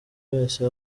wese